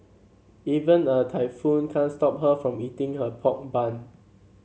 even a typhoon can't stop her from eating her pork bun